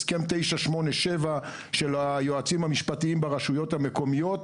הסכם 987 של היועצים המשפטיים ברשויות המקומיות,